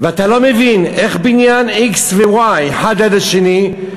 ואתה לא מבין איך בניין x ו-y, אחד ליד השני,